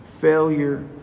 failure